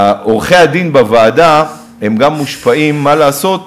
עורכי-הדין בוועדה גם מושפעים, מה לעשות,